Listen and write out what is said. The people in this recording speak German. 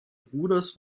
bruders